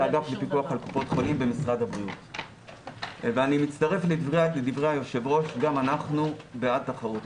אני מצטרף לדברי היושב-ראש גם אנחנו בעד תחרות.